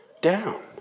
down